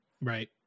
Right